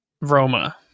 Roma